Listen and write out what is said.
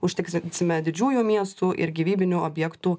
užtikrinsime didžiųjų miestų ir gyvybinių objektų